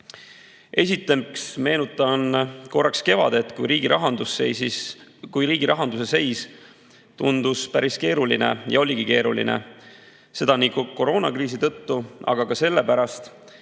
Esiteks meenutan korraks kevadet, kui riigi rahanduse seis tundus päris keeruline ja oligi keeruline. Seda koroonakriisi tõttu, aga ka sellepärast,